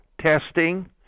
testing